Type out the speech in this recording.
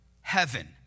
heaven